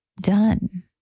done